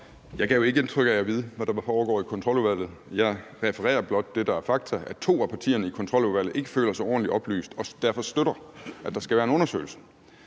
Jeg gav jo ikke indtryk af at vide, hvad der foregår i Kontroludvalget. Jeg refererer blot det, der er fakta, nemlig at to af partierne i Kontroludvalget ikke føler sig ordentligt oplyst og derfor støtter, at der skal være en undersøgelse.